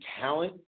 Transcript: talent